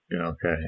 okay